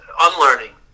Unlearning